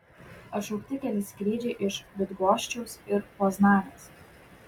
atšaukti keli skrydžiai iš bydgoščiaus ir poznanės